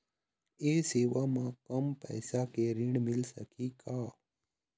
ये सेवा म कम पैसा के ऋण मिल सकही का?